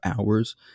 hours